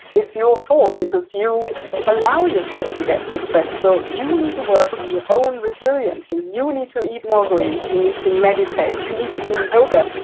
it's your fault because you allow yourself to get so stressed. so, you need to work on your own resilience. ah you need to eat more greens. you need to meditate. you need to do yoga.